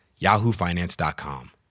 yahoofinance.com